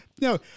No